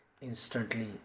Instantly